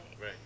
Right